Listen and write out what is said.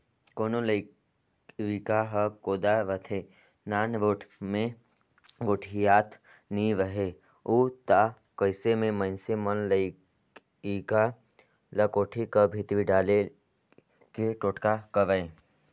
कोनो लरिका हर कोदा रहथे, नानरोट मे गोठियात नी रहें उ ता अइसे मे मइनसे मन लरिका ल कोठी कर भीतरी डाले के टोटका करय